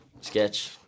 sketch